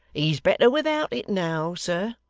he's better without it, now, sir